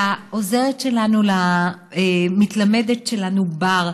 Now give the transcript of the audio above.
לעוזרת המתלמדת שלנו בר,